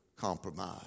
compromise